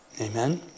Amen